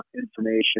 information